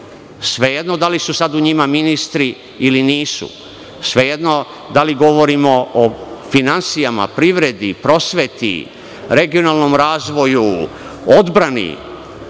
sve jedno da li su sad u njima ministri ili nisu, sve jedno da li govorimo o finansijama, privredi, prosveti, regionalnom razvoju, odbrani,